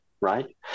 right